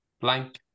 blank